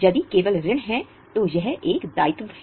यदि केवल ऋण है तो यह एक दायित्व है